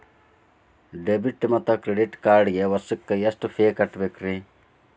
Debit ಮತ್ತು credit ಕಾರ್ಡ್ಗೆ ವರ್ಷಕ್ಕ ಎಷ್ಟ ಫೇ ಕಟ್ಟಬೇಕ್ರಿ?